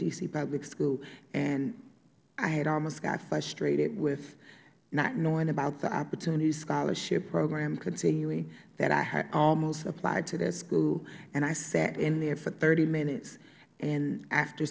c public school and i had almost got frustrated with not knowing about the opportunity scholarship program continuing that i had almost applied to that school and i sat in there for thirty minutes and after